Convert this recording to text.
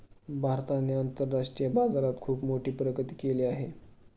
भारताने आंतरराष्ट्रीय बाजारात खुप मोठी प्रगती केली आहे